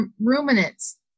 ruminants